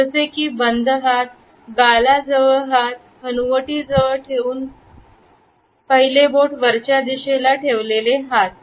जसे की बंद हात गाल जवळ किंवा हनुवटी जवळ ठेवून पहिले बोट वरच्या दिशेला ठेवलेले असते